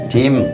team